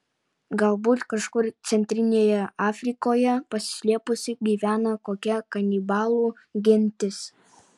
galbūt kažkur centrinėje afrikoje pasislėpusi gyvena kokia kanibalų gentis